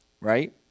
right